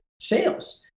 sales